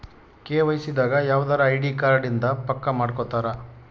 KYC ದಾಗ ಯವ್ದರ ID card ಇಂದ ಪಕ್ಕ ಮಾಡ್ಕೊತರ